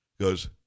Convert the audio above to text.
Goes